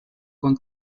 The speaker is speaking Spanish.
con